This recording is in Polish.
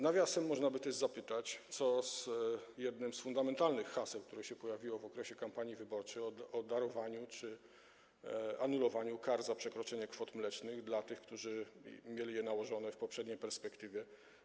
Nawiasem mówiąc, można by też zapytać, co z jednym z fundamentalnych haseł, które się pojawiło w okresie kampanii wyborczej, tym o darowaniu czy anulowaniu kar za przekroczenie kwot mlecznych tym, na których były one nałożone w poprzedniej perspektywie.